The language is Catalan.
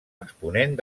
exponent